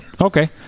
okay